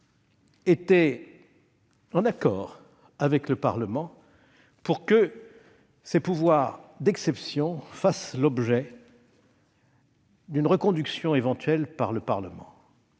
été en accord avec le Parlement pour que ces pouvoirs d'exception fassent l'objet d'une reconduction éventuelle par le Parlement.